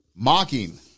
Mocking